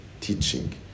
teaching